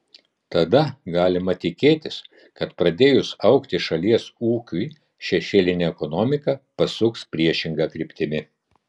tada galima tikėtis kad pradėjus augti šalies ūkiui šešėlinė ekonomika pasuks priešinga kryptimi